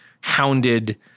hounded